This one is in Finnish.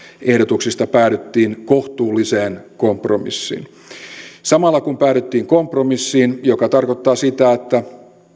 ehdotuksista päädyttiin kohtuulliseen kompromissiin päädyttiin siis kompromissiin joka tarkoittaa sitä että